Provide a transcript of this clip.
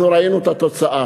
אנחנו ראינו את התוצאה.